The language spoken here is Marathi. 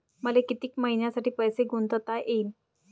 मले कितीक मईन्यासाठी पैसे गुंतवता येईन?